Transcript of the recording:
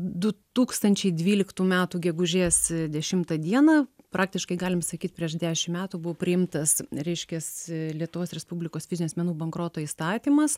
du tūkstančiai dvyliktų metų gegužės dešimtą dieną praktiškai galim sakyt prieš dešim metų buvo priimtas reiškias lietuvos respublikos fizinių asmenų bankroto įstatymas